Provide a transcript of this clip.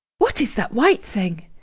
what is that white thing!